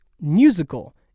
musical